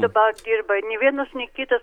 dabar dirba nei vienas nei kitas